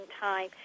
time